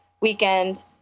weekend